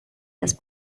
las